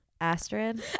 Astrid